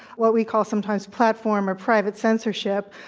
what we call sometimes platform or private censorship,